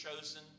chosen